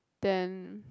then